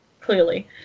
clearly